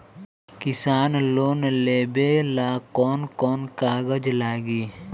किसान लोन लेबे ला कौन कौन कागज लागि?